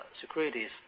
securities